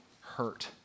hurt